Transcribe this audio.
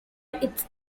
its